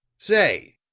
say,